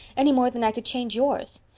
any more than i could change yours.